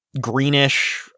greenish